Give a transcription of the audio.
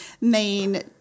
main